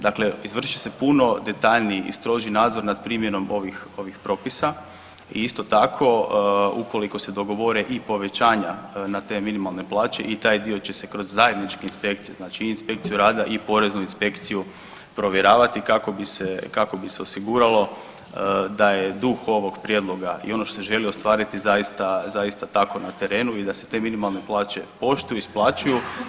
Dakle, izvrši se puno detaljniji i stroži nadzor nad primjenom ovih, ovih propisa i isto tako ukoliko se dogovore i povećanja na te minimalne plaće i taj dio će se kroz zajedničke inspekcije znači i inspekciju rada i poreznu inspekciju provjeravati kako bi se, kako bi se osiguralo da je duh ovog prijedloga i ono što se želi ostvariti zaista, zaista tako na terenu i da se te minimalne plaće poštuju, isplaćuju.